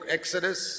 Exodus